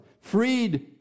freed